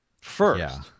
first